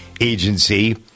Agency